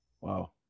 wow